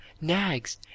nags